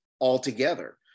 altogether